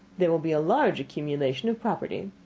there will be a large accumulation of property.